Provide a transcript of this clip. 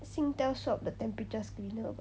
singtel shop the temperature screener